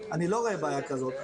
אני לא רואה בעיה כזאת.